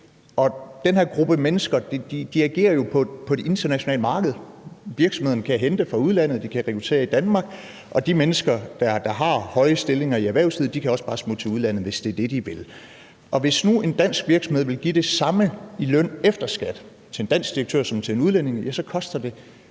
Den her gruppe menneske agerer jo på det internationale marked. Virksomhederne kan hente fra udlandet. De kan rekruttere i Danmark. De mennesker, der har høje stillinger i erhvervslivet, kan også bare smutte til udlandet, hvis det er det, de vil. Hvis nu en dansk virksomhed vil give det samme i løn efter skat til en dansk direktør som til en udlænding, koster det